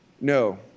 No